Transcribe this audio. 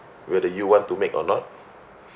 whether you want to make or not